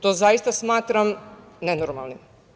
To zaista smatram nenormalnim.